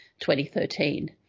2013